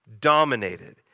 dominated